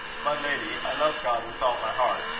my lady, i love god with all my heart,